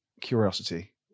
curiosity